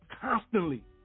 constantly